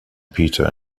peter